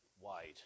wide